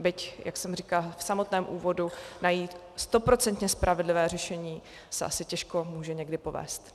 Byť, jak jsem říkala v samotném úvodu, najít stoprocentně spravedlivé řešení, se asi těžko může někdy povést.